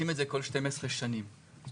יכול להיות ששם גם זה ישונה, אבל בסדר.